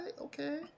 okay